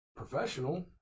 professional